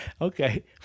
Okay